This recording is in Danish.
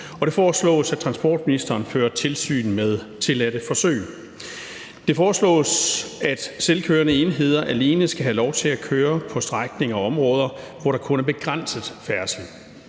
og det foreslås, at transportministeren fører tilsyn med tilladte forsøg. Det foreslås, at selvkørende enheder alene skal have lov til at køre på strækninger og i områder, hvor der kun er begrænset færdsel.